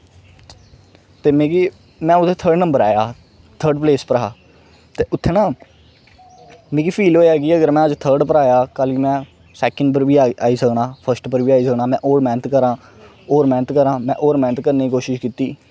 ते मिगी में ओह्दे थर्ड नम्बर आया हा थर्ड प्लेस उप्पर हा ते उत्थें न मिगी फील होएआ कि अगर में अज्ज थर्ड उप्पर आया कल में सैंकड उप्पर बी आई सकनां फस्ट उप्पर बी आई सकनां में होर मैहनत करां होर मैहनत करां में होर मैहनत करने दी कोशश कीती